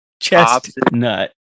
chestnut